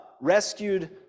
rescued